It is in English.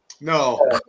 No